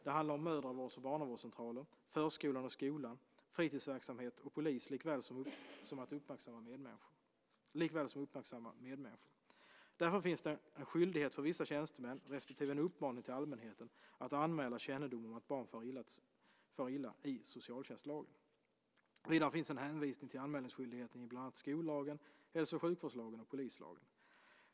Det handlar om mödravårds och barnavårdscentraler, förskolan och skolan, fritidsverksamhet och polis likväl som uppmärksamma medmänniskor. Därför finns det en skyldighet för vissa tjänstemän respektive en uppmaning till allmänheten att anmäla kännedom om att ett barn kan fara illa enligt socialtjänstlagen. Vidare finns det en hänvisning till anmälningsskyldigheten i bland annat skollagen, hälso och sjukvårdslagen och polislagen.